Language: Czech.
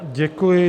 Děkuji.